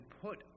put